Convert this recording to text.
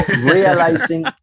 realizing